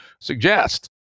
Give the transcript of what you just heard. suggest